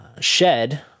shed